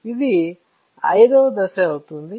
ఇది V వ దశ అవుతుంది